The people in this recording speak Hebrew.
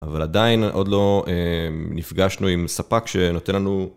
אבל עדיין עוד לא נפגשנו עם ספק שנותן לנו...